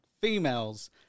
females